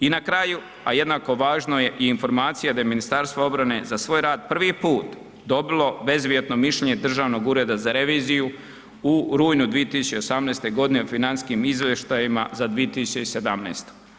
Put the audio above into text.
I na kraju, a jednako važno je i informacija da je Ministarstvo obrane za svoj rad prvi put dobilo bezuvjetno mišljenje Državnog ureda za reviziju u rujnu 2018.g. financijskim izvještajima za 2017.